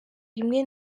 rimwe